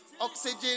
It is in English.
Oxygen